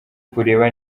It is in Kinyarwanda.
kureba